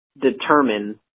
determine